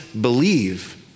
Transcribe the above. believe